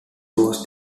was